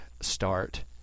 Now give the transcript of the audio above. start